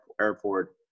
airport